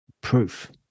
proof